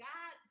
God